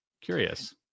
Curious